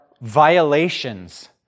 violations